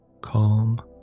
Calm